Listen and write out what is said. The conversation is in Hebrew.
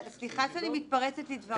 סליחה שאני מתפרצת לדבריך.